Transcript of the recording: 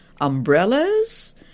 umbrellas